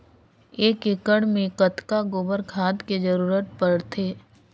एक एकड़ मे कतका गोबर खाद के जरूरत पड़थे?